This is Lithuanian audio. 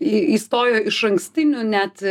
į įstojo išankstiniu net